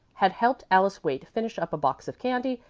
had helped alice waite finish up a box of candy,